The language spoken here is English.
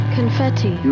Confetti